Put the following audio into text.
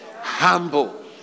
humble